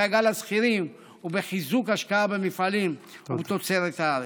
בדאגה לשכירים ובחיזוק השקעה במפעלים ובתוצרת הארץ,